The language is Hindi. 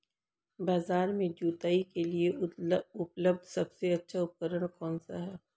बाजार में जुताई के लिए उपलब्ध सबसे अच्छा उपकरण कौन सा है?